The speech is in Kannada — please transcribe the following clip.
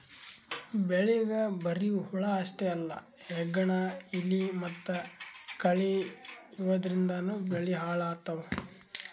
ಬೆಳಿಗ್ ಬರಿ ಹುಳ ಅಷ್ಟೇ ಅಲ್ಲ ಹೆಗ್ಗಣ, ಇಲಿ ಮತ್ತ್ ಕಳಿ ಇವದ್ರಿಂದನೂ ಬೆಳಿ ಹಾಳ್ ಆತವ್